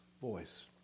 voice